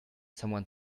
somebody